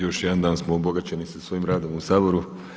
Još jedan dan smo obogaćeni sa svojim radom u Saboru.